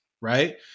Right